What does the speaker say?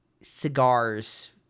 cigars